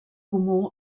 comú